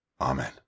Amen